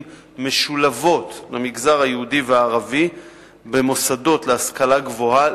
משולבות למגזר היהודי והערבי במוסדות להשכלה גבוהה,